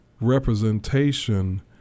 representation